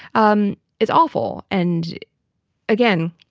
um it's awful. and again,